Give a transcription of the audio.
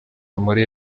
muri